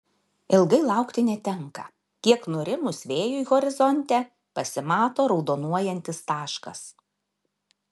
ilgai laukti netenka kiek nurimus vėjui horizonte pasimato raudonuojantis taškas